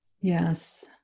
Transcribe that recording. yes